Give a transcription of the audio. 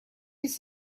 his